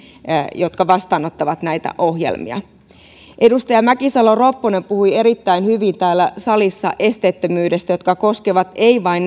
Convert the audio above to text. jotka vastaanottavat näitä ohjelmia edustaja mäkisalo ropponen puhui erittäin hyvin täällä salissa esteettömyydestä joka ei koske vain